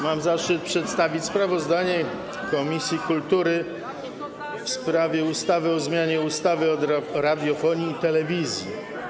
Mam zaszczyt przedstawić sprawozdanie komisji kultury w sprawie ustawy o zmianie ustawy o radiofonii i telewizji.